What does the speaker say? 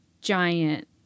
giant